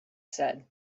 said